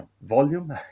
volume